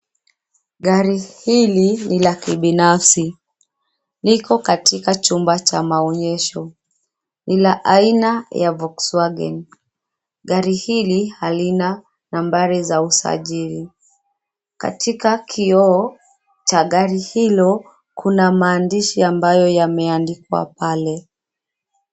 Gari hili ni la kibinafsi. Liko katika chumba cha maonyesho. Ni la aina ya Volks Wagen. Gari hili halina nambari za usajili. Katika kioo cha gari hilo kuna maandishi ambayo yameandikwa pale.